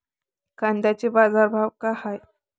कांद्याचे बाजार भाव का हाये?